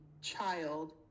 child